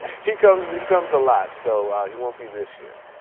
he comes he comes a lot, so he won't be this year.